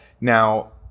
Now